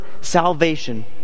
Salvation